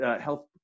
health